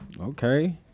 Okay